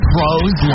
Pros